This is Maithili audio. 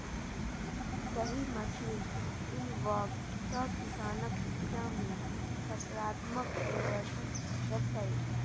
सही मशीन कीनबाक सँ किसानक उपजा मे सकारात्मक परिवर्तन हेतै